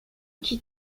qui